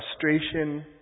frustration